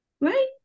right